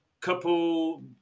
couple